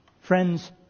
Friends